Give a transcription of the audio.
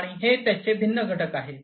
आणि हे त्याचे भिन्न घटक आहेत